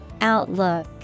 Outlook